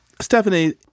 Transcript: Stephanie